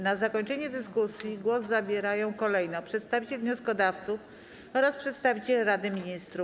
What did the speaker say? Na zakończenie dyskusji głos zabierają kolejno przedstawiciel wnioskodawców oraz przedstawiciel Rady Ministrów.